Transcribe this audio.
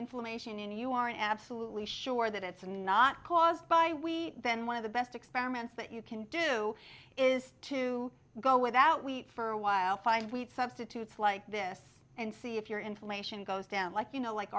inflammation you are absolutely sure that it's not caused by we then one of the best experiments that you can do is to go without wheat for a while find wheat substitutes like this and see if your information goes down like you know like